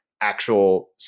actual